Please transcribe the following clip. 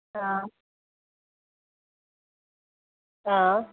अँ अँ